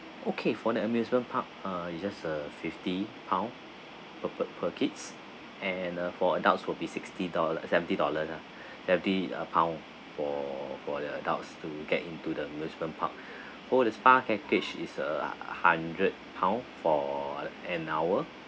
okay for the amusement park uh it's just a fifty pound a per per kids and uh for adults will be sixty dollars seventy dollars ah seventy uh pound for for the adults to get into the amusement park oh the spa package is uh hundred pound for an hour